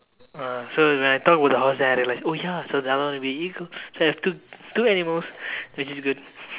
ah so when I thought about the horse so then I realize oh ya so the other one would be eagle so I've two two animals which is good